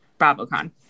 BravoCon